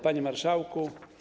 Panie Marszałku!